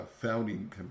founding